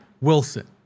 Wilson